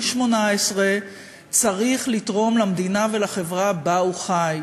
18 צריך לתרום למדינה ולחברה שבה הוא חי.